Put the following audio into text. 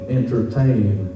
entertain